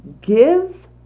Give